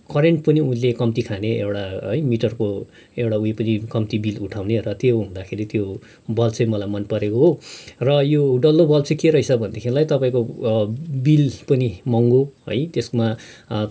current पनि उसले कम्ती खाने एउटा है मिटरको एउटा उयो पनि कम्ती बिल उठाउने र त्यो हुँदाखेरि त्यो बल्ब चाहिँ मलाई मनपरेको हो यो र यो डल्लो बल्ब चाहिँ के रहेछ भनेदेखिलाई तपाईँको बिल पनि महँगो है त्यसमा